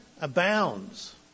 abounds